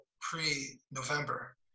pre-November